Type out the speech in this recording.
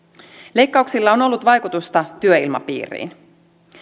leikkauksilla on ollut vaikutusta työilmapiiriin